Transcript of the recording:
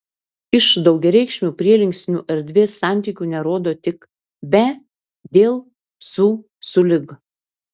iš daugiareikšmių prielinksnių erdvės santykių nerodo tik be dėl su sulig